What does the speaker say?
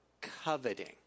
coveting